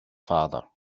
father